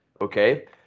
Okay